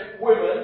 women